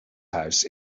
house